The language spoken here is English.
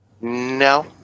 no